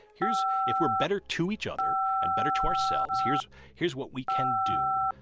here's, if we're better to each other and better to ourselves, here's here's what we can do.